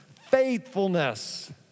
faithfulness